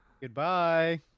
goodbye